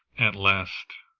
at last,